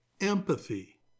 empathy